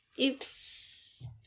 Oops